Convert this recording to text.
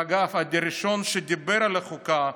ואגב, הראשון שדיבר על החוקה,